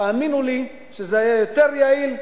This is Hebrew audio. תאמינו לי שזה היה יותר יעיל,